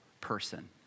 person